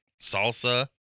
Salsa